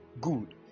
Good